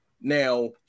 now